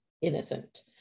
innocent